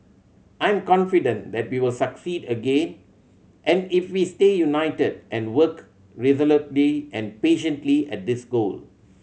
I'm confident that we will succeed again and if we stay united and work resolutely and patiently at this goal